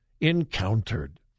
encountered